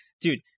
dude